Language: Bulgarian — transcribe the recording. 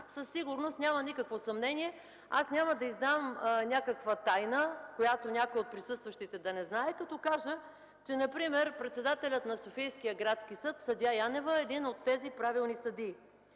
със сигурност няма никакво съмнение – аз няма да издам някаква тайна, която някой от присъстващите да не знае, като кажа, че например председателят на Софийския градски съд съдия Янева е един от тези правилни съдии.